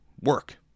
work